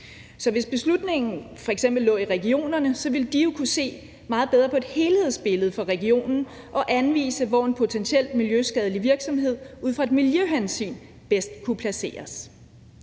Hvis beslutningen f.eks. lå i regionerne, ville de jo kunne se meget bedre på et helhedsbillede for regionen og anvise, hvor en potentiel miljøskadelig virksomhed ud fra et miljøhensyn bedst kunne placeres.